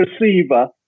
receiver